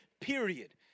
period